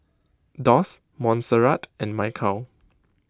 Doss Monserrat and Michal